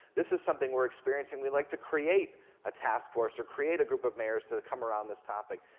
this is something we're experiencing. we'd like to create a task force or create a group of mayors to come around this topic.